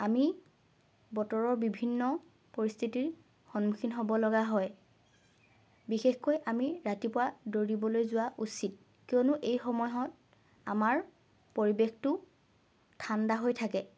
আমি বতৰৰ বিভিন্ন পৰিস্থিতিৰ সন্মুখীন হ'ব লগা হয় বিশেষকৈ আমি ৰাতিপুৱা দৌৰিবলৈ যোৱা উচিত কিয়নো এই সময়ত আমাৰ পৰিৱেশটো ঠাণ্ডা হৈ থাকে